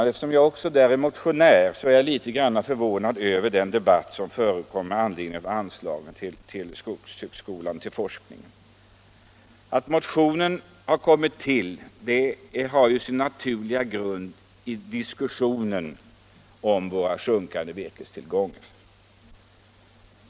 Eftersom jag också där är motionär är jag litet förvånad över den debatt som förekom med anledning av anslaget till den skogliga forskningen vid skogshögskolan. Att motionen 1551 kommit till har sin naturliga grund i diskussionen om våra sjunkande virkestillgångar.